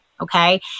okay